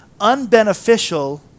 unbeneficial